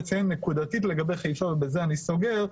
לציין נקודתית לגבי חיפה ובזה אני סוגר,